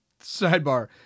Sidebar